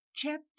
Chapter